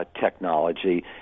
technology